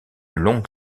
longue